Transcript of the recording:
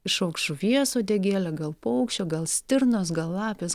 išaugs žuvies uodegėlė gal paukščio gal stirnos gal lapės